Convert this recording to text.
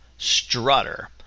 Strutter